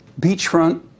beachfront